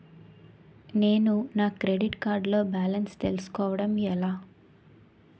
నేను నా credit card లో బాలన్స్ తెలుసుకోవడం ఎలా?